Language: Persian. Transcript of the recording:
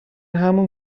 همون